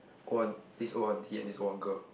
old aunt this old aunty and this old uncle